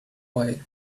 why